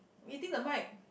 eating the mic